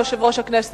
3030,